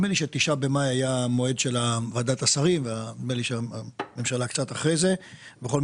נדמה לי שה-9 במאי היה המועד של ועדת שרים אחרי מספר